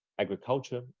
agriculture